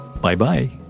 Bye-bye